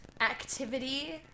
activity